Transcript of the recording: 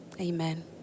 Amen